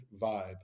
vibe